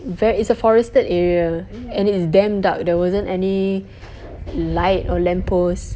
ver~ it's a forested area and it's damn dark there wasn't any light or lamp post